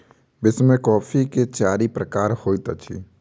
विश्व में कॉफ़ी के चारि प्रकार होइत अछि